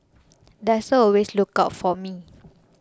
Diesel will always look out for me